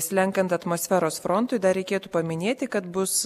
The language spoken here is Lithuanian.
slenkant atmosferos frontui dar reikėtų paminėti kad bus